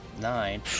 Nine